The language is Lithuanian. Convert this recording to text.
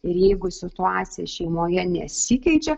ir jeigu situacija šeimoje nesikeičia